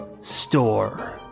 store